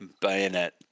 Bayonet